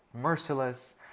merciless